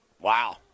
Wow